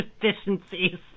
deficiencies